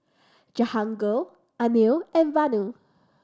Jahangir Anil and Vanu